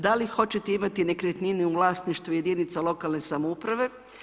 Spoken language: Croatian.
Da li hoćete imati nekretnine u vlasništvu jedinica lokalne samouprave.